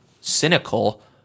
cynical